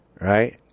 right